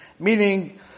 Meaning